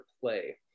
play